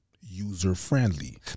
user-friendly